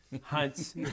hunts